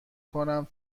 کنم